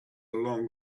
long